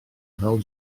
fel